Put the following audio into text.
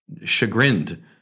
chagrined